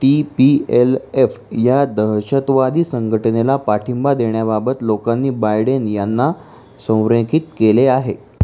T P L F या दहशतवादी संघटनेला पाठिंबा देण्याबाबत लोकांनी बायडेन यांना संरेखित केले आहे